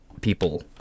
people